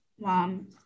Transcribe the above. mom